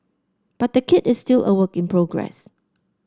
but the kit is still a work in progress